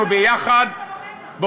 אנחנו יחד, ברוממה?